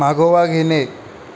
मागोवा घेणे